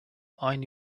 aynı